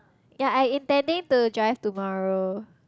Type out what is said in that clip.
ya I intending to drive tomorrow